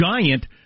giant